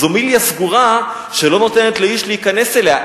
זה מיליה סגור שלא נותן לאיש להיכנס אליו.